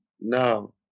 now